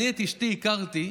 אני את אשתי הכרתי,